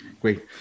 Great